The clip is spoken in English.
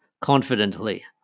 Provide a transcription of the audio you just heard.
confidently